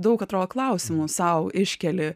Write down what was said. daug atrodo klausimų sau iškeli